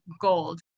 gold